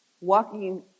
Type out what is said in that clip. walking